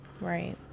Right